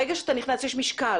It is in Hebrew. ברגע שאתה נכנס יש משקל,